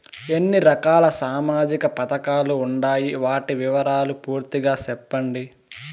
ఎన్ని రకాల సామాజిక పథకాలు ఉండాయి? వాటి వివరాలు పూర్తిగా సెప్పండి?